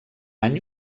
any